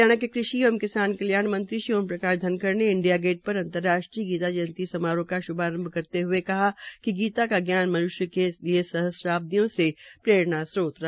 हरियाणा के कृषि एवं किसान कल्याण मंत्री श्री ओम प्रकाश धनखड़ ने इंडिया गेट पर अंतर्राष्ट्रीय गीता जयंती समारोह का श्भारंभ करते हए कहा कि गीता का ज्ञान मन्ष्य के लए सहस्त्रबिदयों से प्ररेणा स्त्रोत हरा है